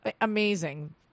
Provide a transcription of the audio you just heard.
amazing